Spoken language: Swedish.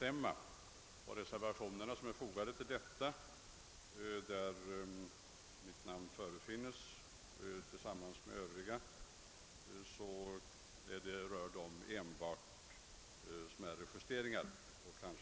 Under de reservationer som är fogade till utskottets utlåtande — och som enbart avser smärre detaljjusteringar — återfinns emellertid mitt namn.